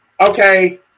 okay